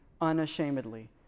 unashamedly